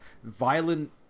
Violent